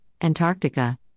Antarctica